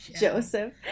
Joseph